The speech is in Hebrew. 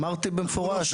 אמרתי במפורש,